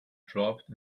dropped